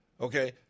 Okay